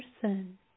person